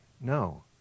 No